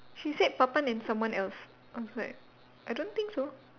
she said Papan and someone else I was like I don't think so